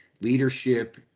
leadership